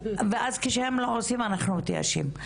אז כשהם לא עושים אנחנו מתייאשים.